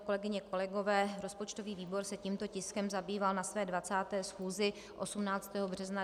Kolegyně, kolegové, rozpočtový výbor se tímto tiskem zabýval na své 20. schůzi 18. března 2015.